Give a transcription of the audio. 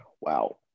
Wow